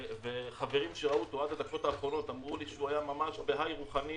חברים שראו אותו עד הדקות האחרונות אמרו לי שהוא היה ב"היי" רוחני,